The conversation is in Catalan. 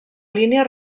línia